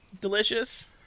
Delicious